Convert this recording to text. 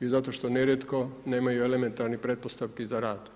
i zato što nerijetko nemaju elementarnih pretpostavki za rad.